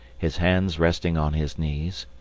his hands resting on his knees,